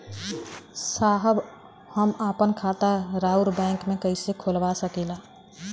साहब हम आपन खाता राउर बैंक में कैसे खोलवा सकीला?